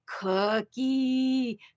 cookie